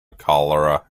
cholera